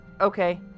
okay